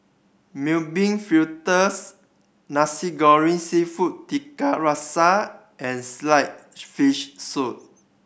Mung Bean Fritters Nasi Goreng Seafood Tiga Rasa and sliced fish soup